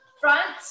front